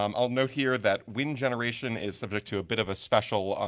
um i will note here that wind generation is subject to a bit of a special